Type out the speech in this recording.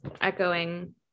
echoing